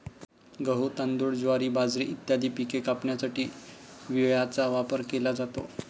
गहू, तांदूळ, ज्वारी, बाजरी इत्यादी पिके कापण्यासाठी विळ्याचा वापर केला जातो